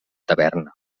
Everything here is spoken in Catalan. taverna